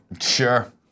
Sure